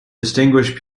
distinguished